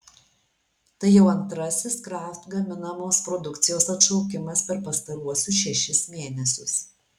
tai jau antrasis kraft gaminamos produkcijos atšaukimas per pastaruosius šešis mėnesius